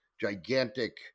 gigantic